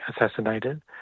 assassinated